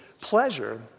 pleasure